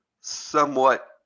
somewhat